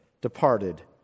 departed